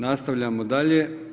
Nastavljamo dalje.